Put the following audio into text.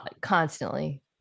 constantly